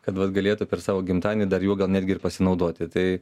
kad vat galėtų per savo gimtadienį dar juo gal netgi ir pasinaudoti tai